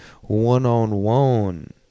one-on-one